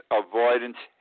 avoidance